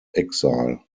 exile